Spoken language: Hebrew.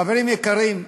חברים יקרים,